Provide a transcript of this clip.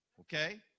Okay